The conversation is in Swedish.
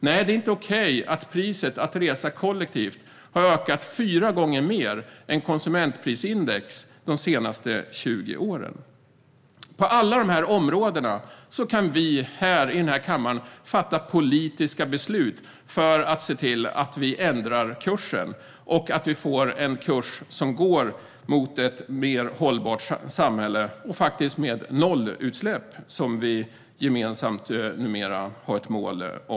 Nej, det är inte okej att priset för att resa kollektivt har ökat fyra gånger mer än konsumentprisindex de senaste 20 åren. På alla dessa områden kan vi här i denna kammare fatta politiska beslut för att se till att vi ändrar kursen mot ett mer hållbart samhälle och faktiskt med nollutsläpp, som vi numera gemensamt har som mål.